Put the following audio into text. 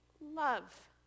love